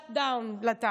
Shut down לתאגיד,